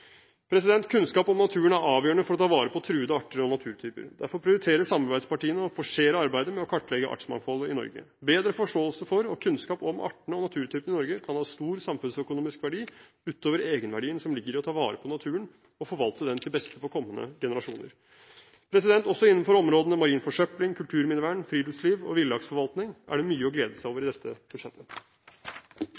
Kunnskap om naturen er avgjørende for å ta vare på truede arter og naturtyper. Derfor prioriterer samarbeidspartiene å forsere arbeidet med å kartlegge artsmangfoldet i Norge. Bedre forståelse for og kunnskap om artene og naturtypene i Norge kan ha stor samfunnsøkonomisk verdi utover egenverdien som ligger i å ta vare på naturen og forvalte den til beste for kommende generasjoner. Også innenfor områdene marin forsøpling, kulturminnevern, friluftsliv og villaksforvaltning er det mye å glede seg over i